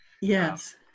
yes